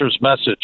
message